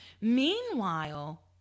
Meanwhile